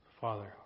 Father